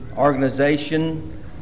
organization